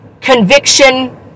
Conviction